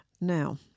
now